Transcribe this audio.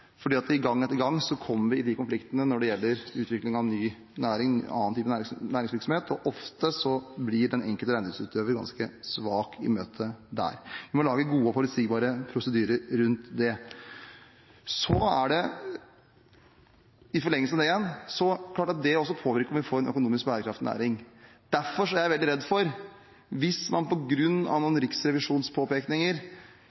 Gang etter gang kommer vi i de konfliktene når det gjelder utvikling av ny næring, annen type næringsvirksomhet, og ofte blir den enkelte reindriftsutøver ganske svak i møtet der. Vi må lage gode og forutsigbare prosedyrer rundt det. I forlengelsen av det igjen er det klart at det også påvirker om vi får en økonomisk bærekraftig næring. Derfor er jeg veldig redd for at man på grunn av noen riksrevisjonspåpekninger